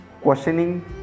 questioning